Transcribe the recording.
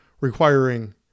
requiring